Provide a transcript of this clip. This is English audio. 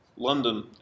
london